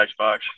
Xbox